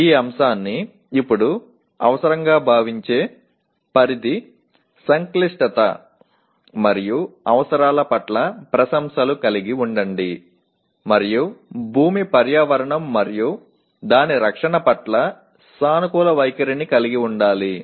ఈ అంశాన్ని ఇప్పుడు అవసరంగా భావించే పరిధి సంక్లిష్టత మరియు అవసరాల పట్ల ప్రశంసలు కలిగి ఉండండి మరియు భూమి పర్యావరణం మరియు దాని రక్షణ పట్ల సానుకూల వైఖరిని కలిగి ఉండాలి